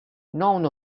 none